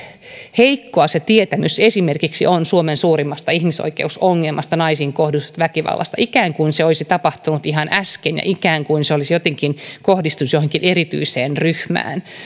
heikkoa on se tietämys esimerkiksi suomen suurimmasta ihmisoikeusongelmasta naisiin kohdistuvasta väkivallasta ikään kuin se olisi tapahtunut ihan äsken ja ikään kuin se jotenkin kohdistuisi johonkin erityiseen ryhmään